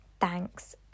Thanks